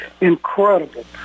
incredible